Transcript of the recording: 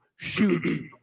Shoot